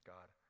God